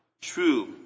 true